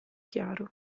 chiaro